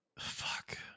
fuck